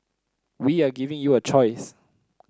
we are giving you a choice